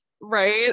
Right